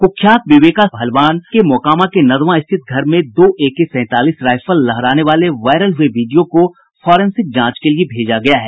कुख्यात विवेका पहलवान के मोकामा के नदवां स्थित घर में दो एके सेंतालीस राइफल लहराने वाले वायरल हुये वीडियो को फॉरेंसिक जांच के लिये भेजा गया है